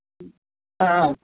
آ